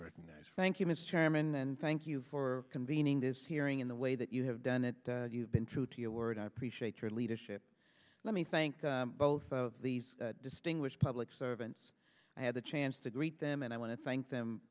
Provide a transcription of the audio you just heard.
recognized thank you mr chairman and thank you for convening this hearing in the way that you have done it you've been true to your word i appreciate your leadership let me thank both of these distinguished public servants i had the chance to greet them and i want to thank them